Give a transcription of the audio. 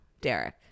Derek